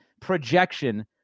projection